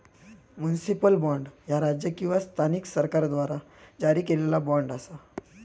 municipal bond, ह्या राज्य किंवा स्थानिक सरकाराद्वारा जारी केलेला बॉण्ड असा